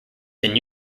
then